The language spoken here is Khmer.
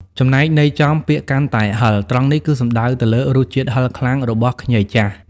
ចំណែកន័យចំ ពាក្យ កាន់តែហឹរ ត្រង់នេះគឺសំដៅទៅលើ រសជាតិហឹរខ្លាំង របស់ខ្ញីចាស់។